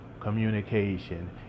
communication